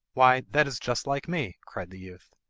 why, that is just like me cried the youth.